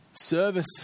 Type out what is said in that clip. service